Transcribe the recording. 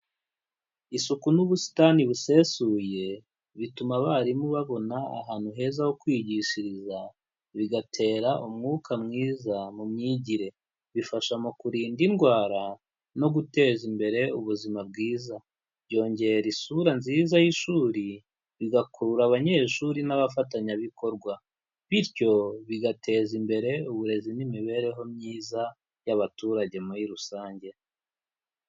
Isuku n'ubusitani busesuye bituma abarimu babona ahantu heza ho kwigishiriza. Bigatera umwuka mwiza mu myigire, bifasha mu kurinda indwara no guteza imbere ubuzima bwiza. Byongera isura nziza y'ishuri, bigakurura abanyeshuri n'abafatanyabikorwa, bityo bigateza imbere uburezi n'imibereho myiza y'abaturage muri rusange.